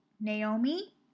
Naomi